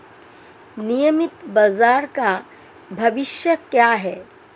नियमित बाजार का भविष्य क्या है?